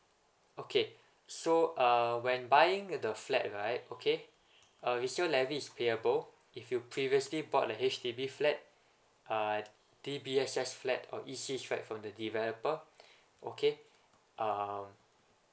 okay so uh when buying uh the flat right okay uh resale levy is payable if you previously bought a H_D_B flat uh D_B_S_S flat or E_C's right from the developer okay um